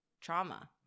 trauma